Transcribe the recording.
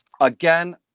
Again